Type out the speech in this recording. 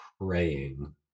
praying